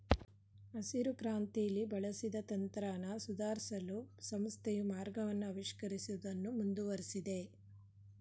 ಹಸಿರುಕ್ರಾಂತಿಲಿ ಬಳಸಿದ ತಂತ್ರನ ಸುಧಾರ್ಸಲು ಸಂಸ್ಥೆಯು ಮಾರ್ಗವನ್ನ ಆವಿಷ್ಕರಿಸುವುದನ್ನು ಮುಂದುವರ್ಸಿದೆ